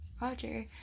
Roger